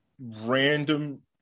random